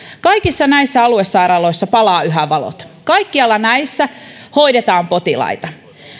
kaikissa näissä aluesairaaloissa palaa yhä valot kaikkialla näissä hoidetaan potilaita